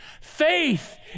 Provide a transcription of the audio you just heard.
Faith